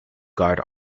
guard